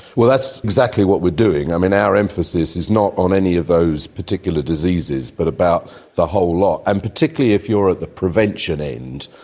well, that's exactly what we are doing. um and our emphasis is not on any of those particular diseases but about the whole lot, and particularly if you're at the prevention end,